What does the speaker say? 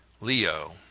Leo